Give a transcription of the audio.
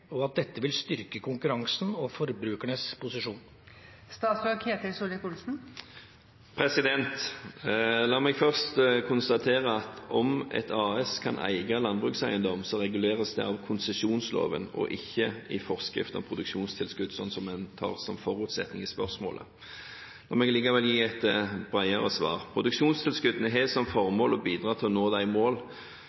og at dette vil styrke konkurransen og forbrukernes posisjon?» La meg først konstatere at om et AS kan eie landbrukseiendom, så reguleres det av konsesjonsloven, og ikke i forskrift om produksjonstilskudd, sånn som en tar som forutsetning i spørsmålet. La meg likevel gi et bredere svar. Produksjonstilskuddene har som formål å bidra til å nå de mål for